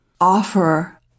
offer